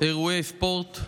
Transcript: אירועי ספורט,